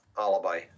alibi